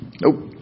Nope